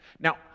Now